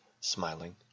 smiling